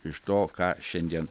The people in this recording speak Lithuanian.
iš to ką šiandien